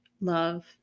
Love